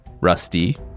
Rusty